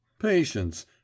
patience